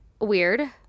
Weird